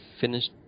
finished